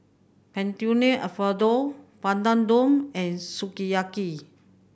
Fettuccine Alfredo Papadum and Sukiyaki